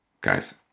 guys